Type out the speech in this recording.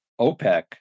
OPEC